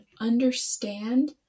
understand